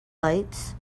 lights